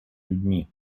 людьми